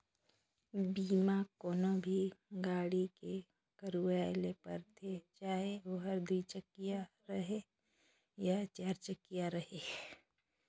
बीमा कोनो भी गाड़ी के करवाये ले परथे चाहे ओहर दुई चकिया रहें या चार चकिया रहें